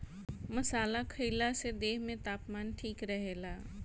मसाला खईला से देह में तापमान ठीक रहेला